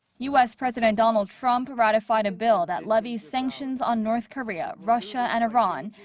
u s. president donald trump ratified a bill that levies sanctions on north korea, russia, and iran,